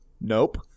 Nope